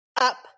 up